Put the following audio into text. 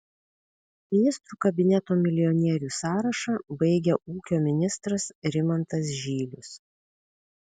ministrų kabineto milijonierių sąrašą baigia ūkio ministras rimantas žylius